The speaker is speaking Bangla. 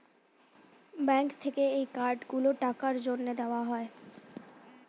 ব্যাঙ্ক থেকে এই কার্ড গুলো টাকার জন্যে দেওয়া হয়